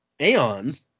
Aeons